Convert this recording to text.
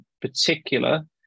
particular